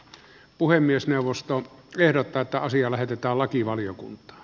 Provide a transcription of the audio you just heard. puhemiesneuvosto ehdottaa että asia lähetetäänlakivaliokunta